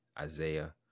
Isaiah